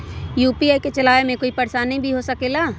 UPI के चलावे मे कोई परेशानी भी हो सकेला?